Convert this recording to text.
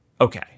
Okay